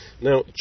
Now